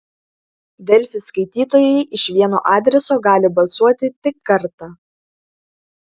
delfi skaitytojai iš vieno adreso gali balsuoti tik kartą